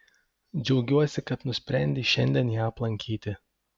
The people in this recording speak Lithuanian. džiaugiuosi kad nusprendei šiandien ją aplankyti